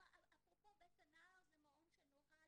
אפרופו 'בית הנער', זה מעון שנוהל